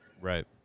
Right